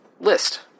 list